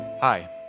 Hi